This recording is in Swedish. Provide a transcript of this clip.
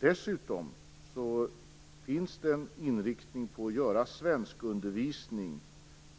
Dessutom det finns det en inriktning på att ha svenskundervisning